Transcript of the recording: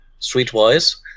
streetwise